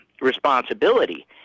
responsibility